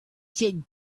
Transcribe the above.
said